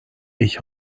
ich